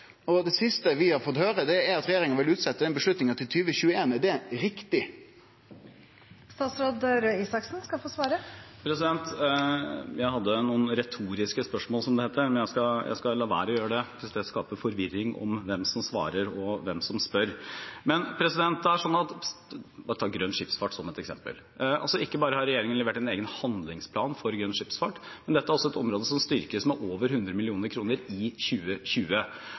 Det siste vi har fått høre, er at regjeringa vil utsetje den avgjerda til 2021. Er det riktig? Jeg hadde noen retoriske spørsmål, som det heter, men jeg skal la være å gjøre det hvis det skaper forvirring om hvem som svarer og hvem som spør. Ta grønn skipsfart som et eksempel; ikke bare har regjeringen levert en egen handlingsplan for grønn skipsfart, men dette er også et område som styrkes med over 100 mill. kr i 2020.